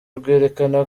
rwerekana